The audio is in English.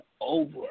over